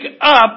up